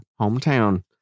hometown